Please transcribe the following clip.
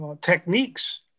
techniques